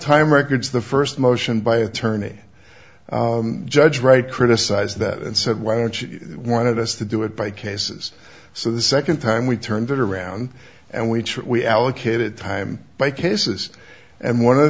time records the first motion by attorney judge wright criticized that and said why don't you want us to do it by cases so the second time we turned it around and we we allocated time by cases and one of the